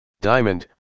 Diamond